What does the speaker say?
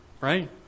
right